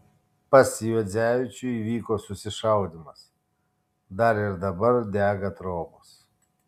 pas juodzevičių įvyko susišaudymas dar ir dabar dega trobos